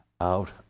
out